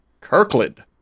Kirkland